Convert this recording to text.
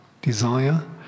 desire